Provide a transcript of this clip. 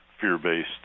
fear-based